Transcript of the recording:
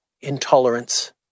intolerance